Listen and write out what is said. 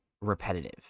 repetitive